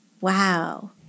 Wow